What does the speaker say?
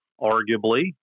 arguably